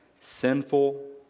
Sinful